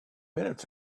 minutes